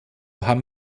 haben